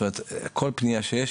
כל פנייה שיש,